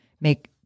make